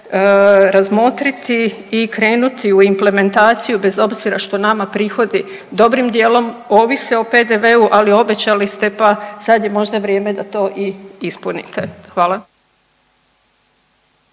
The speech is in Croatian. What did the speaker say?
razmotriti i krenuti u implementaciju bez obzira što nama prihodi dobrim dijelom ovise o PDV-u, ali obećali ste pa sad je možda vrijeme da toi ispunite. Hvala.